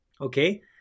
okay